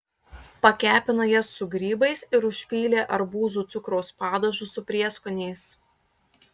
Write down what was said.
pakepino jas su grybais ir užpylė arbūzų cukraus padažu su prieskoniais